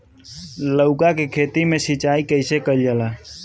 लउका के खेत मे सिचाई कईसे कइल जाला?